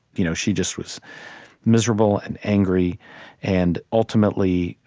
you know she just was miserable and angry and, ultimately,